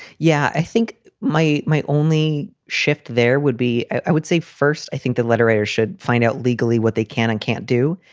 yeah. i think my my only shift there would be i would say first, i think the literates should find out legally what they can and can't do.